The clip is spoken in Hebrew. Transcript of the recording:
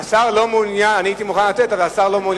זה לא המקום לעשות את זה.